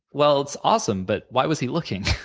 well, it's awesome, but why was he looking?